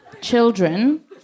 children